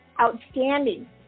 outstanding